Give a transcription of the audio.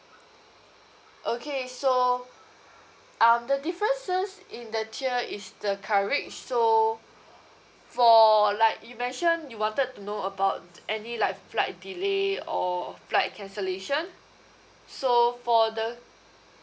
okay so um the differences in the tier is the coverage so for like you mention you wanted to know about any like flight delay or flight cancellation so for the